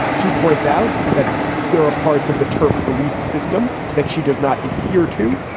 she points out that there are parts of the turf belief system that she does not adhere to.